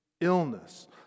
illness